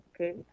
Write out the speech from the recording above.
Okay